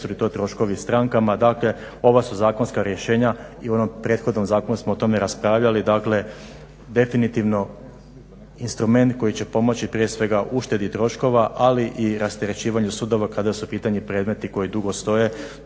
li troškovi strankama. Dakle ova su zakonska rješenja i u onom prethodnom zakonu smo o tome raspravljali, dakle definitivno instrument koji će pomoći prije svega uštedi troškova, ali i rasterećivanju sudova kada su u pitanju predmeti koji dugo stoje.